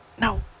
No